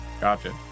Gotcha